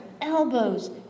elbows